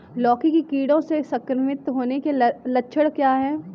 लौकी के कीड़ों से संक्रमित होने के लक्षण क्या हैं?